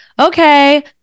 okay